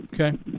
Okay